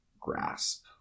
grasp